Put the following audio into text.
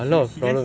she will she just